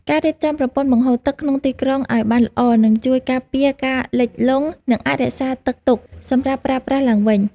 ការរៀបចំប្រព័ន្ធបង្ហូរទឹកក្នុងទីក្រុងឱ្យបានល្អនឹងជួយការពារការលិចលង់ និងអាចរក្សាទឹកទុកសម្រាប់ប្រើប្រាស់ឡើងវិញ។